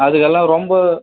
அதுக்கெல்லாம் ரொம்ப